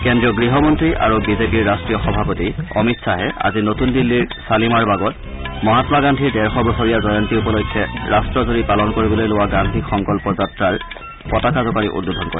কেন্দ্ৰীয় গৃহমন্ত্ৰী আৰু বিজেপি ৰাষ্ট্ৰীয় সভাপতি অমিত খাহে আজি নতুন দিল্লীৰ শালিমাৰবাগত মহাম্মা গান্ধীৰ ডেৰ শ বছৰীয়া জয়ন্তী উপলক্ষে ৰাষ্ট্ৰজুৰি পালন কৰিবলৈ লোৱা গান্ধী সংকল্প যাত্ৰাৰ পতাকা জোকাৰি উদ্বোধন কৰে